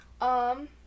Um-